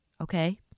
Okay